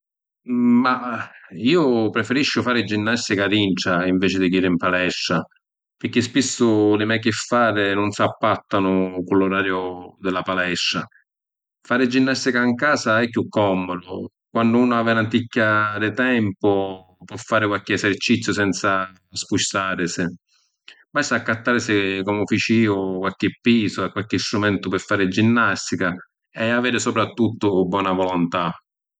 Mah… Iu prefirisciu fari ginnastica dintra inveci di jiri ‘n palestra, pirchì spissu li me’ chiffari nun s’appattanu cu l’orariu di la palestra. Fari ginnastica ‘n casa è chiù commudu, quannu unu havi ‘anticchia di tempu po’ fari qualchi eserciziu senza spustarisi. Basta accattarisi, comu fici iu, qualchi pisu e qualchi strumentu pi fari ginnastica e aviri supratuttu bona vuluntà.